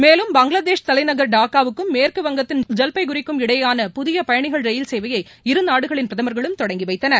மேலும் பங்களாதேஷ் தலைநகர் டாக்காவுக்கும் மேற்குவங்கத்தின் ஜல்பைகுரிக்கும் இடையேயான புதியபயணிகள் ரயில் சேவையை இரு நாடுகளின் பிரதமர்களும் தொடங்கிவைத்தனர்